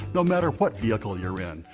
no matter what vehicle you're in,